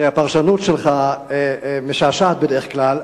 הפרשנות שלך משעשעת בדרך כלל.